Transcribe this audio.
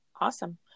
Awesome